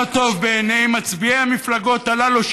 לא טוב בעיני מצביעי המפלגות הללו,